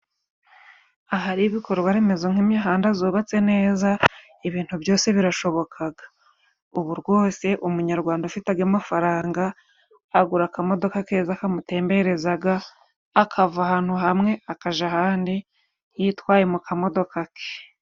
Ahari ibikorwa remezo nk'imihanda zubatse neza ibintu byose birashobokaga ubu rwose umunyarwanda afite age mafaranga agura akamodoka keza kamutemberezaga akava ahantu hamwe akaja ahandi yitwaye mu kamodoka ke.